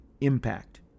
impact